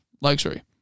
luxury